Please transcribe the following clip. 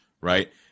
right